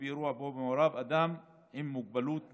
באירוע שבו מעורב אדם עם מוגבלות נפשית,